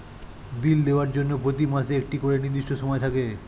বিল দেওয়ার জন্য প্রত্যেক মাসে একটা করে নির্দিষ্ট সময় থাকে